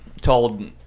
told